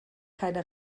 keine